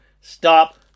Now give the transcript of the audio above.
stop